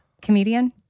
comedian